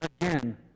again